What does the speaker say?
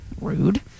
Rude